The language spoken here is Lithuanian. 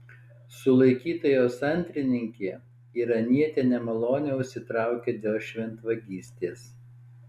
sulaikyta jos antrininkė iranietė nemalonę užsitraukė dėl šventvagystės